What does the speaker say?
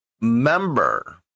member